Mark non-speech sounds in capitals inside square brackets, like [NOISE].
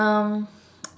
um [NOISE]